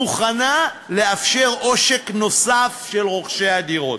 מוכנה לאפשר עושק נוסף של רוכשי הדירות,